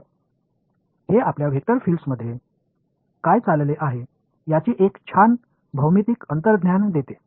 तर हे आपल्या वेक्टर फील्डमध्ये काय चालले आहे याची एक छान भौमितीय अंतर्ज्ञान देते